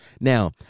Now